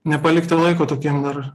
nepalikti laiko tokiem dar